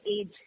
age